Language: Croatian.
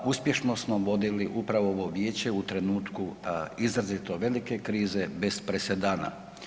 Uspješno smo vodili upravo ovo vijeće u trenutku izrazito velike krize bez presedana.